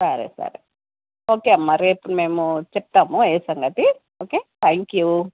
సరే సరే ఓకే అమ్మ రేపు మేము చెప్తాము ఏ సంగతి ఓకే థ్యాంక్ యూ